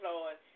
Lord